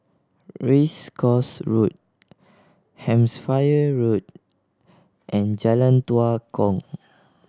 Race Course Road Hampshire Road and Jalan Tua Kong